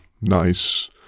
nice